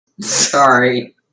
Sorry